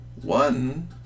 One